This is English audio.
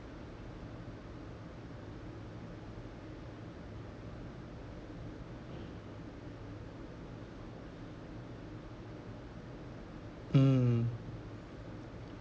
mm